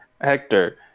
Hector